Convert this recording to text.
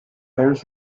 bears